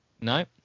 no